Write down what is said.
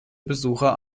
besucher